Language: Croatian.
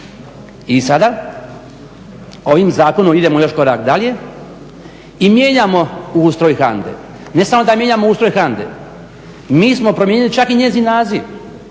I sada ovim zakonom idemo još korak dalje i mijenjamo ustroj HANDA-e. Ne samo da mijenjamo ustroj HANDA-e, mi smo promijenili čak i njezin naziv.